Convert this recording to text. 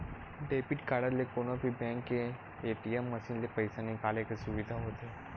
debit card ले कोनो भी बेंक के ए.टी.एम मसीन ले पइसा निकाले के सुबिधा होथे